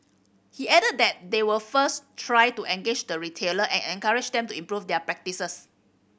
he added that they will first try to engage the retailer and encourage them to improve their practices